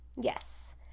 yes